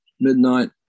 midnight